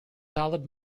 solid